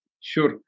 Sure